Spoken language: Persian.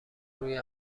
روی